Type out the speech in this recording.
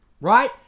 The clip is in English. Right